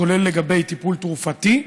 כולל לגבי טיפול תרופתי,